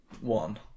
one